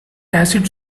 acid